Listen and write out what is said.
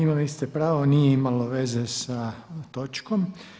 Imali ste pravo, nije imalo veze sa točkom.